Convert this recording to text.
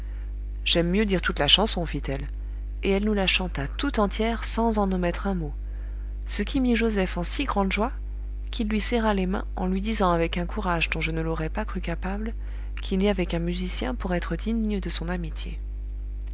j'aime mieux dire toute la chanson fit-elle et elle nous la chanta tout entière sans en omettre un mot ce qui mit joseph en si grande joie qu'il lui serra les mains en lui disant avec un courage dont je ne l'aurais pas cru capable qu'il n'y avait qu'un musicien pour être digne de son amitié